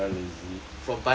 from paya lebar lah